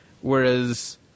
Whereas